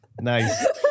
Nice